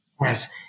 Yes